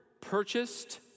purchased